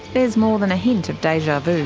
there's more than a hint of deja vu.